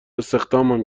استخدامم